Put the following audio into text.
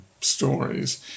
stories